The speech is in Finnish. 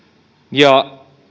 ja